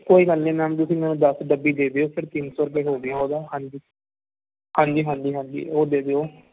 ਕੋਈ ਗੱਲ ਨਹੀਂ ਮੈਮ ਤੁਸੀਂ ਮੈਨੂੰ ਦੱਸ ਡੱਬੀ ਦੇ ਦਿਓ ਫਿਰ ਤਿੰਨ ਸੌ ਰੁਪਏ ਹੋ ਗਿਆ ਉਹਦਾ ਹਾਂਜੀ ਹਾਂਜੀ ਹਾਂਜੀ ਹਾਂਜੀ ਉਹ ਦੇ ਦਿਓ